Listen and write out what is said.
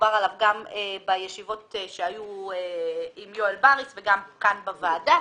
דובר עליו גם בישיבות שהיו עם יואל בריס וגם כאן בוועדה,